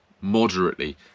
moderately